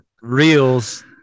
reels